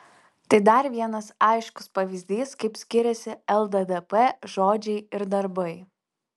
tai dar vienas aiškus pavyzdys kaip skiriasi lddp žodžiai ir darbai